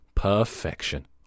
perfection